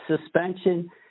suspension